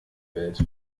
welt